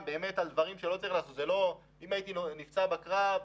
אם הייתי נפצע בקרב,